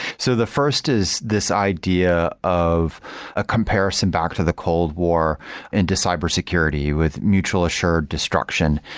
so the first is this idea of a comparison back to the cold war into cybersecurity with mutual assured destruction.